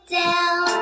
down